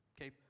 Okay